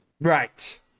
right